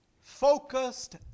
focused